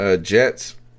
Jets